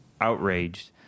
outraged